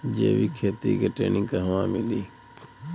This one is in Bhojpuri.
जैविक खेती के ट्रेनिग कहवा मिली?